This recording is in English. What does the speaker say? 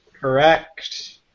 Correct